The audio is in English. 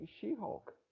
She-Hulk